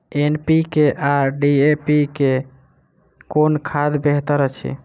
NPK आ DAP मे कुन खाद बेहतर अछि?